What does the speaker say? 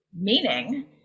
meaning